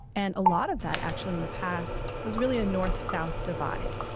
and a lot of that, actually, in the past was really a north-south divide.